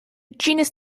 genus